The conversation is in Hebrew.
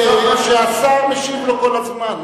שהשר משיב לו כל הזמן.